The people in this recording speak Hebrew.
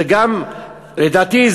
לדעתי,